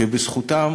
שבזכותם